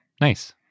Nice